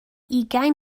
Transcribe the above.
ugain